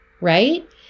right